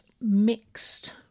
mixed